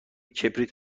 کبریت